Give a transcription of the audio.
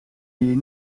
hier